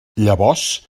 llavors